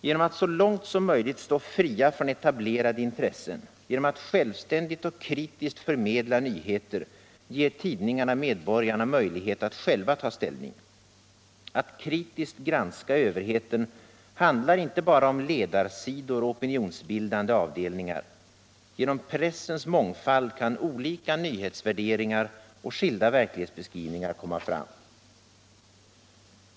Genom att så långt som möjligt stå fria från etablerade intressen, genom att självständigt och kritiskt förmedla nyheter ger tidningarna medborgarna möjligheter att själva ta ställning. Att kritiskt granska överheten handlar inte bara om ledarsidor och opinionsbildande avdelningar. Genom pressens mångfald kan olika nyhetsvärderingar och skilda verklighetsbeskrivningar komma fram.